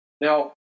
Now